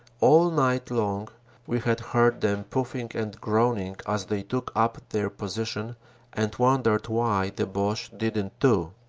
all night long we had heard them puffing and groaning as they took up their position and wondered why the bache didn't too.